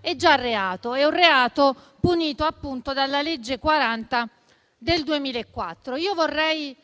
è già reato, punito appunto dalla legge n. 40 del 2004. Vorrei